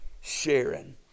sharing